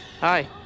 Hi